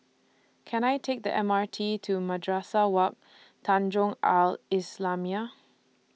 Can I Take The M R T to Madrasah Wak Tanjong Al Islamiah